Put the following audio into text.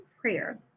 prayer